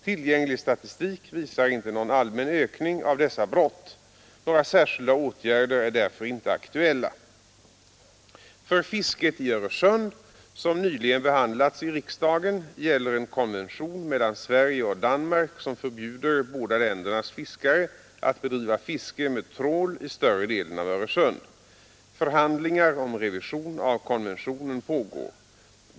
Tillgänglig statistik visar inte någon allmän ökning av dessa brott. Några särskilda åtgärder är därför inte aktuella. För fisket i Öresund, som nyligen behandlats i riksdagen, gäller en konvention mellan Sverige och Danmark som förbjuder båda ländernas fiskare att bedriva fiske med trål i större delen av Öresund. Förhandlingar om revision av konventionen pågår.